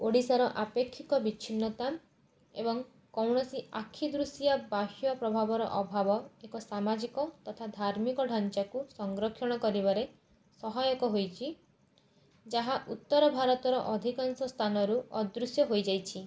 ଓଡ଼ିଶାର ଆପେକ୍ଷୀକ ବିଛିନ୍ନତା ଏବଂ କୌଣସି ଆଖିଦୃଶିଆ ବାହ୍ୟ ପ୍ରଭାବର ଅଭାବ ଏକ ସାମାଜିକ ତଥା ଧାର୍ମିକ ଢାଞ୍ଚାକୁ ସଂରକ୍ଷଣ କରିବାରେ ସହାୟକ ହୋଇଛି ଯାହା ଉତ୍ତର ଭାରତର ଅଧିକାଂଶ ସ୍ଥାନରୁ ଅଦୃଶ୍ୟ ହୋଇଯାଇଛି